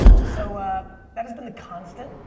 so that has been the constant.